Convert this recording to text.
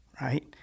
right